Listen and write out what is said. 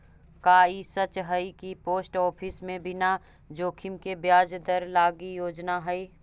का ई सच हई कि पोस्ट ऑफिस में बिना जोखिम के ब्याज दर लागी योजना हई?